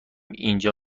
اینجا